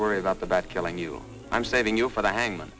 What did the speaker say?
worry about the back killing you i'm saving you for the hangman